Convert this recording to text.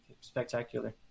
spectacular